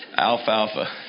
Alfalfa